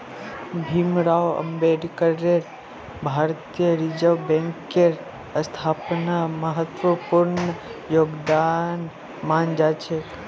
भीमराव अम्बेडकरेर भारतीय रिजर्ब बैंकेर स्थापनात महत्वपूर्ण योगदान माना जा छे